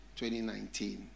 2019